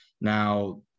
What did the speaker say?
Now